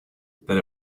that